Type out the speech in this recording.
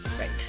right